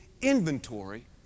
inventory